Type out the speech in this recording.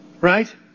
Right